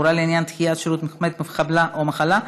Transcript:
(הוראות לעניין דחיית שירות מחמת חבלה או מחלה),